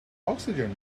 oxygen